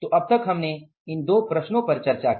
तो अब तक हमने इन दो प्रश्नो पर चर्चा की